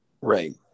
right